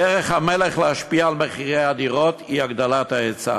דרך המלך להשפיע על מחירי הדירות היא הגדלת ההיצע.